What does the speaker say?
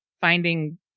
finding